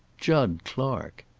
jud clark!